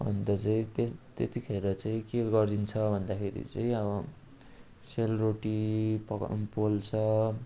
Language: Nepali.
अन्त चाहिँ ते त्यतिखेर चाहिँ के गरिन्छ भन्दाखेरि चाहिँ अब सेलरोटी पकाउँछ पोल्छ